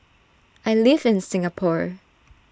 I live in Singapore